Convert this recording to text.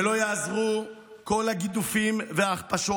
ולא יעזרו כל הגידופים וההכפשות.